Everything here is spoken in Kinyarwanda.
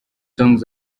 song